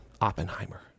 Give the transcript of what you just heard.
oppenheimer